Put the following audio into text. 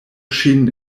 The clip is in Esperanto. ŝin